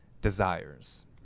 desires